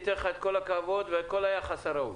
ניתן לך את כל הכבוד ואת כל היחס הראוי.